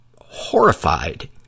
horrified